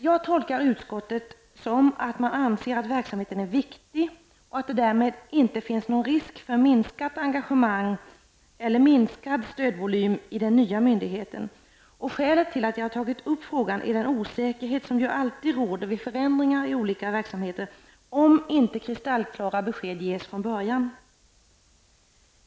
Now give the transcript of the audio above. Jag tolkar utskottet som att det anser att verksamheten är viktig och att det därmed inte finns någon risk för minskat engagemang eller minskad stödvolym i den nya myndigheten. Skälet till att jag har tagit upp frågan är den osäkerhet som ju alltid råder vid förändringar i olika verksamheter, om inte kristallklara besked ges från början.